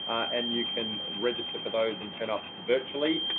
and you can register for those and turn up virtually,